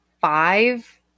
five